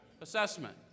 assessment